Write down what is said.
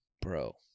Bro